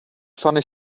funny